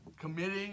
committing